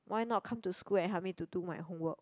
why not come to school and help me to do my homework